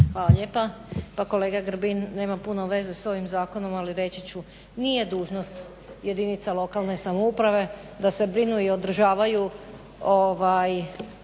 Hvala lijepa. Pa nemam puno veze s ovim zakonom ali reći ću, nije dužnost jedinica lokalne samouprave da se brinu i održavaju